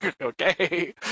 okay